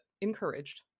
encouraged